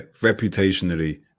reputationally